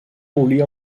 volia